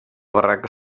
barraca